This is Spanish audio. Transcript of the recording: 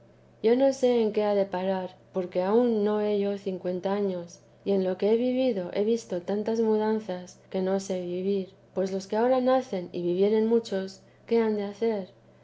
yo no sé en qué ha de parar porque aun no he yo cincuenta años y en lo que he vivido he visto tantas mudanzas que no sé vivir pues los que ahora nacen y vivieren muchos qué han de hacer